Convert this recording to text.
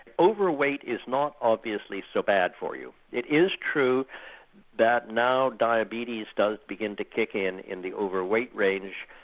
overweight is not obviously so bad for you. it is true that now diabetes does begin to kick in in the overweight range,